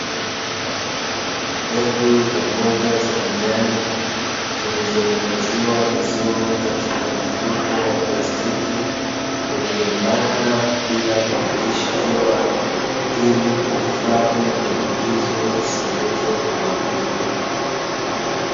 Mbegu za mboga za majani zilizohifadhiwa vizuri katika mfuko wa plastiki, uliobana bila kupitisha hewa ilikuhufadhi mbegu hizo zisiweze kuharibika.